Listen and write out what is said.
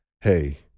Hey